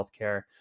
healthcare